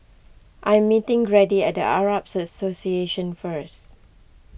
I am meeting Grady at the Arab Association first